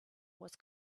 was